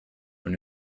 when